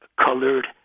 colored